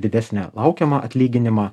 didesnį laukiamą atlyginimą